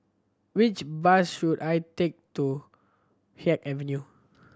which bus should I take to Haig Avenue